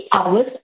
hours